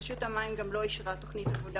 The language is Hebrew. רשות המים גם לא אישרה תוכנית עבודה